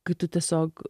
kai tu tiesiog